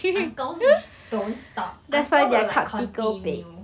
uncles don't stop uncle will like continue